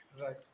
right